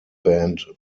band